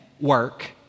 work